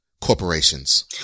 corporations